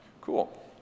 Cool